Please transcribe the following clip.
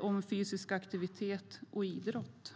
om fysisk aktivitet och idrott.